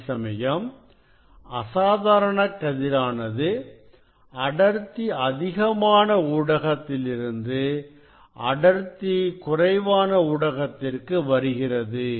அதேசமயம் அசாதாரண கதிரானது அடர்த்தி குறைவான ஊடகத்திலிருந்து அடர்த்தி அதிகமான ஊடகத்திற்கு வருகிறது